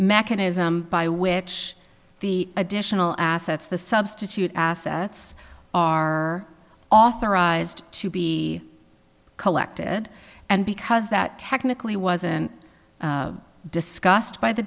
mechanism by which the additional assets the substitute assets are authorized to be collected and because that technically wasn't discussed by the